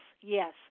Yes